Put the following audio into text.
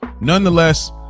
Nonetheless